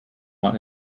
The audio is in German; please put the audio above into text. mal